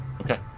Okay